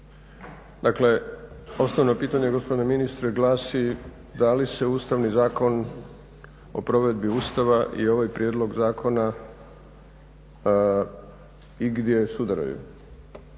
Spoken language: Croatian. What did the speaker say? Dakle, osnovno pitanje gospodine ministre glasi da li se Ustavni zakon o provedbi Ustava i ovaj prijedlog zakona igdje sudaraju.